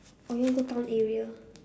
or you want go town area